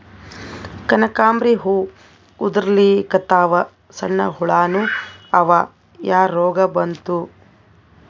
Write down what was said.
ಕನಕಾಂಬ್ರಿ ಹೂ ಉದ್ರಲಿಕತ್ತಾವ, ಸಣ್ಣ ಹುಳಾನೂ ಅವಾ, ಯಾ ರೋಗಾ ಬಂತು?